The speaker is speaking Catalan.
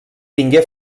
tingué